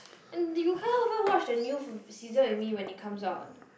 and you can't even watch the new season with me when it comes out